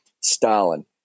Stalin